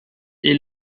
est